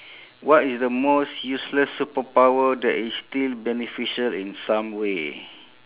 what is the most useless superpower that is still beneficial in some way